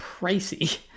pricey